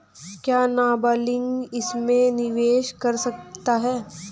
क्या नाबालिग इसमें निवेश कर सकता है?